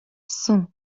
соң